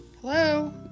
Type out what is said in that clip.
hello